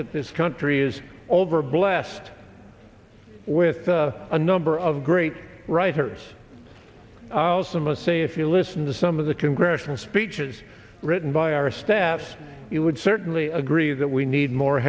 that this country is over blessed with a number of great writers ause i'm a say if you listen to some of the congressional speeches written by our staffs it would certainly agree that we need more